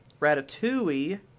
Ratatouille